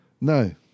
No